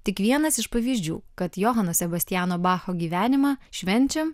tik vienas iš pavyzdžių kad johano sebastiano bacho gyvenimą švenčiam